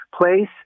place